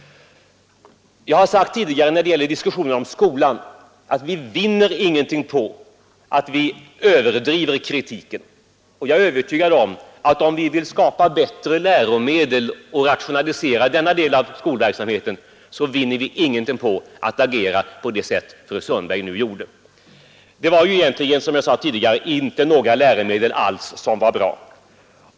Jag har sagt tidigare när det gäller diskussionen om skolan att vi vinner ingenting på att överdriva kritiken, och jag är övertygad om att om vi vill 7 skapa bättre läromedel och rationalisera denna del av skolverksamheten, vinner vi heller ingenting på att agera på det sätt fru Sundberg nu gjorde. Det fanns ju inte några läromedel alls som var bra.